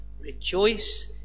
Rejoice